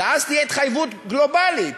אז תהיה התחייבות גלובלית